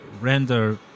render